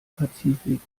pazifik